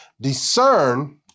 discern